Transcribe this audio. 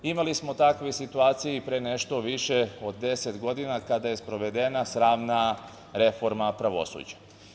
Imali smo takvu situacije pre nešto više od 10 godina kada je sprovedena sramna reforma pravosuđa.